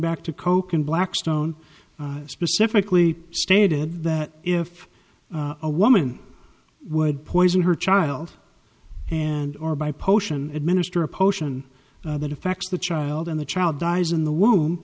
back to coke and blackstone specifically stated that if a woman would poison her child and or by potion administer a potion that effects the child in the child dies in the womb